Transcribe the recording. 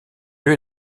lieu